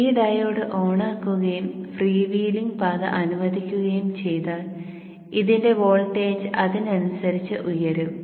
ഈ ഡയോഡ് ഓണാക്കുകയും free wheeling പാത അനുവദിക്കുക്കുകയും ചെയ്താൽ ഇതിൻറെ വോൾട്ടേജ് അതിനനുസരിച്ച് ഉയരും